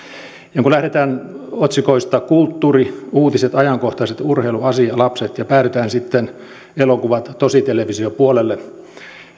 ja kun lähdetään otsikoista kulttuuri uutiset ajankohtaiset urheilu asia lapset ja päädytään sitten elokuvat ja tositelevisio puolelle